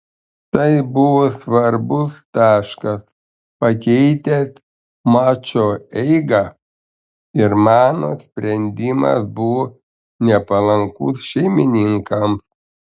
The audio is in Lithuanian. tai buvo svarbus taškas pakeitęs mačo eigą ir mano sprendimas buvo nepalankus šeimininkams